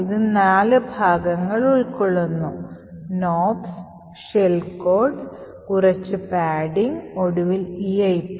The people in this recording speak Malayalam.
ഇത് നാല് ഭാഗങ്ങൾ ഉൾക്കൊള്ളുന്നു നോപ്സ് ഷെൽ കോഡ് കുറച്ച് പാഡിംഗ് ഒടുവിൽ EIP